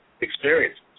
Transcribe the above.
experience